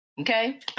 Okay